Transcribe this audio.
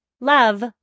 Love